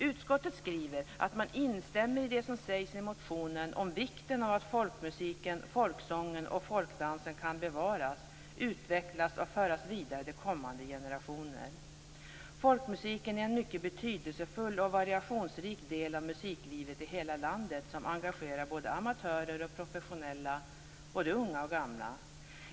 Utskottet skriver: "Utskottet instämmer i vad som anförs i de nu aktuella motionerna om vikten av att folkmusiken, folksången och folkdansen kan bevaras, utvecklas och föras vidare till kommande generationer. Folkmusiken är en mycket betydelsefull och variationsrik del av musiklivet i hela landet, som engagerar både amatörer och professionella, både unga och gamla.